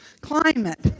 climate